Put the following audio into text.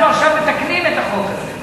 אנחנו עכשיו מתקנים את החוק הזה.